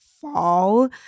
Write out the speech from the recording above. fall